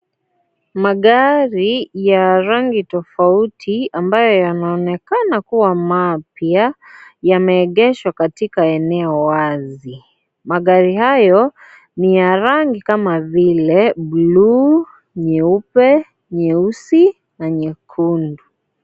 Magari ya rangi tofauti ambayo yanaonekana kuwa mapya yameegeshwa katika eneo wazi. Magari hayo ni ya rangi kama vile buluu, nyeupe, nyeusi, na nyekendu.